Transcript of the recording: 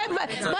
אם